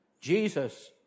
Jesus